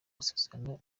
masezerano